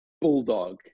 Bulldog